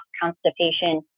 constipation